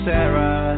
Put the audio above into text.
Sarah